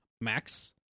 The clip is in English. Max